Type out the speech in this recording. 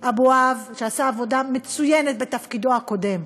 אבוהב, שעשה עבודה מצוינת בתפקידו הקודם,